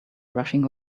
rushing